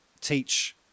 teach